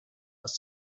aus